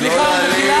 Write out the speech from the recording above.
סליחה, מחילה.